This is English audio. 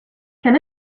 can